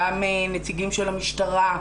גם נציגים של המשטרה,